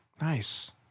Nice